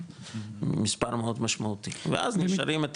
זה מספר מאוד משמעותי ואז נשארים את